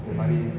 mm